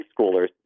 schoolers